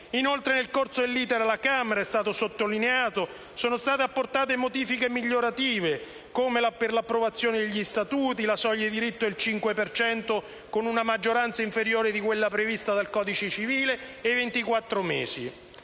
Inoltre, nel corso dell'*iter* alla Camera, com'è stato sottolineato, sono state apportate modifiche migliorative, come l'approvazione degli statuti, la soglia di diritto al 5 per cento, con una maggioranza inferiore di quella prevista dal codice civile, ed i